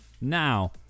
Now